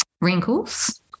Wrinkles